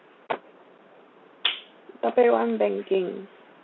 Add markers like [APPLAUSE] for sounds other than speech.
[NOISE] topic one banking